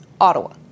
Ottawa